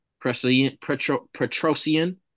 Petrosian